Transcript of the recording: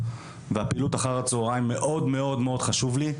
והפעילות אחר הצוהריים מאוד מאוד חשובים לו.